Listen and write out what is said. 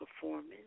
Performance